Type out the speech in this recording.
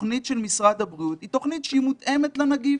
התוכנית של משרד הבריאות היא תוכנית שמותאמת לנגיף.